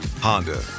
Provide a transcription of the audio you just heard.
Honda